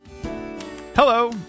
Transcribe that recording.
Hello